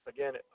Again